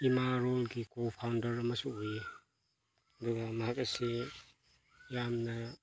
ꯏꯃꯥ ꯂꯣꯟꯒꯤ ꯀꯣ ꯐꯥꯎꯟꯗꯔ ꯑꯃꯁꯨ ꯑꯣꯏꯌꯦ ꯑꯗꯨꯒ ꯃꯍꯥꯛ ꯑꯁꯤ ꯌꯥꯝꯅ